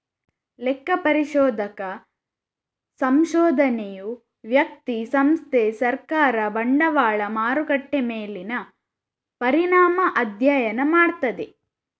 ಲೆಕ್ಕ ಪರಿಶೋಧಕ ಸಂಶೋಧನೆಯು ವ್ಯಕ್ತಿ, ಸಂಸ್ಥೆ, ಸರ್ಕಾರ, ಬಂಡವಾಳ ಮಾರುಕಟ್ಟೆ ಮೇಲಿನ ಪರಿಣಾಮ ಅಧ್ಯಯನ ಮಾಡ್ತದೆ